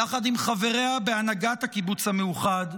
יחד עם חבריה בהנהגת הקיבוץ המאוחד,